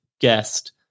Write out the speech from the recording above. guest